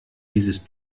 dieses